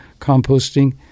composting